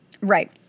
Right